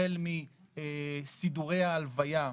החל מסידורי ההלוויה,